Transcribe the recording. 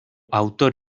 autor